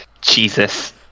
jesus